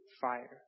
fire